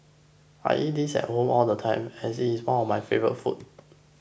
I eat this at home all the time as it is one of my favourite foods